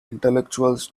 intellectuals